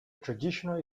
traditional